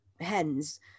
hens